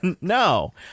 No